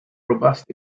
robust